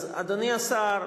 אז, אדוני השר,